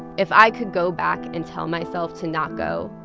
if i could go back and tell myself to not go.